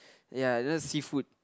ya you know it's just seafood